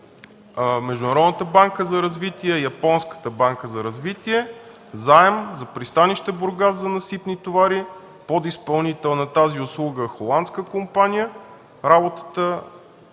Международната банка за развитие, Японската банка за развитие – заем за пристанище Бургас за насипни товари. Подизпълнител на тази услуга беше холандска компания. Има